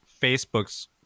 Facebook's